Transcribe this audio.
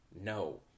no